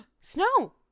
snow